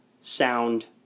sound